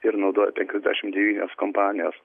ir naudoja penkiasdešim devynios kompanijos